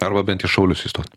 arba bent į šaulius įstot